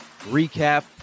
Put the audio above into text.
Recap